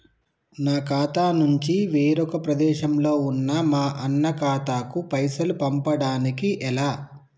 నా ఖాతా నుంచి వేరొక ప్రదేశంలో ఉన్న మా అన్న ఖాతాకు పైసలు పంపడానికి ఎలా?